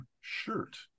shirt